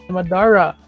Madara